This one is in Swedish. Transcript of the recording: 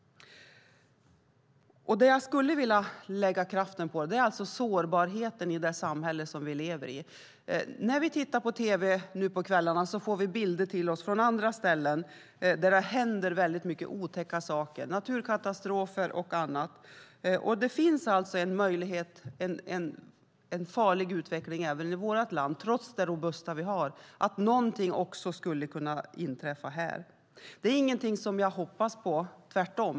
Det jag skulle vilja lägga kraften på är alltså sårbarheten i det samhälle vi lever i. När vi tittar på tv på kvällarna får vi bilder till oss från andra ställen, där det händer väldigt mycket otäcka saker. Det är naturkatastrofer och annat. Det finns alltså en farlig utveckling i vårt land, trots det robusta vi har, att någonting också skulle kunna inträffa här. Det är ingenting som jag hoppas på, tvärtom.